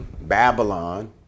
Babylon